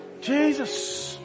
Jesus